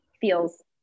feels